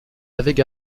avaient